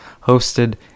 hosted